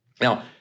Now